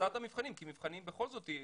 אז עד המבחנים, כי המבחנים בכל זאת יתקיימו.